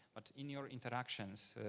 but in your interactions,